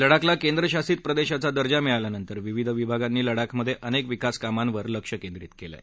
लडाखला केंद्र शासित प्रदेशाचा दर्जा मिळाल्यानंतर विविध विभागांनी लडाखमधे अनेक विकासकामांवर लक्ष केंद्रीत केलं आहे